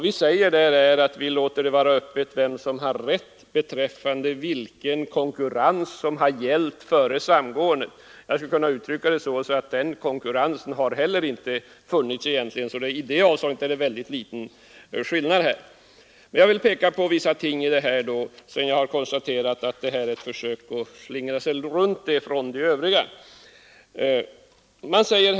Vi säger att vi låter stå öppet vem som har rätt beträffande vilken grad av konkurrens som rått före samgåendet. Jag skulle kunna uttrycka det så att inte heller denna konkurrens egentligen har funnits. I det avseendet är det nu alltså en mycket liten skillnad mot tidigare. Efter att ha gjort dessa konstateranden vill jag peka på några andra förhållanden i sammanhanget.